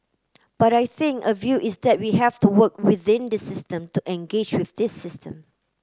but I think a view is that we have to work within this system to engage with this system